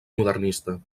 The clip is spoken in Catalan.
modernista